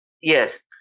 Yes